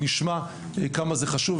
נשמע כמה זה חשוב.